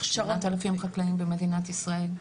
אז יש בערך 8,000 חקלאים במדינת ישראל,